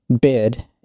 bid